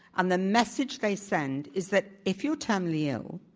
and the message they send is that if you're terminally ill,